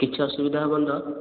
କିଛି ଅସୁବିଧା ହେବନି ତ